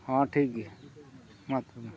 ᱦᱮᱸ ᱴᱷᱤ ᱜᱮᱭᱟ ᱢᱟ ᱛᱚᱵᱮ